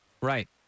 right